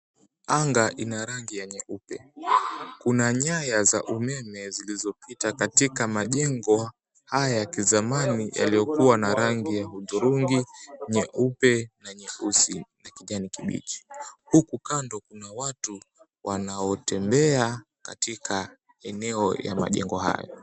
Anga ina rangi ya nyeupe, kuna nyaya za umeme zilizopita katika majengo haya ya kizamani yaliyokuwa na rangi ya hudhurungi, nyeupe na nyeusi na kijani kibichi huku kando kuna watu wanaotembea katika eneo la majengo hayo.